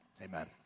Amen